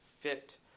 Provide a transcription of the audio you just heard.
fit